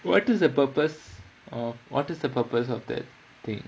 what is the purpose or what is the purpose of the thing